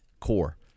Core